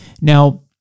Now